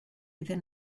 iddyn